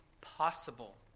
possible